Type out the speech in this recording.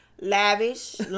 lavish